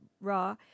raw